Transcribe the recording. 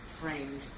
framed